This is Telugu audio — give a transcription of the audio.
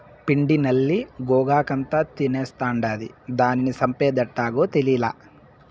పిండి నల్లి గోగాకంతా తినేస్తాండాది, దానిని సంపేదెట్టాగో తేలీలా